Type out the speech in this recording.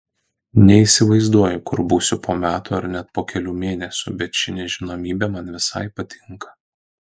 neįsivaizduoju kur būsiu po metų ar net po kelių mėnesių bet ši nežinomybė man visai patinka